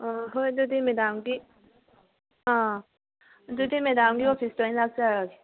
ꯑꯥ ꯍꯣꯏ ꯑꯗꯨꯗꯤ ꯃꯦꯗꯥꯝꯒꯤ ꯑꯥ ꯑꯗꯨꯗꯤ ꯃꯦꯗꯥꯝꯒꯤ ꯑꯣꯐꯤꯁꯇ ꯑꯣꯏꯅ ꯂꯥꯛꯆꯔꯒꯦ